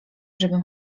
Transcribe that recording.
żebym